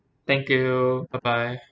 thank you bye bye